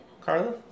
Carla